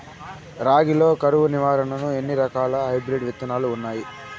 రాగి లో కరువు నివారణకు ఎన్ని రకాల హైబ్రిడ్ విత్తనాలు ఉన్నాయి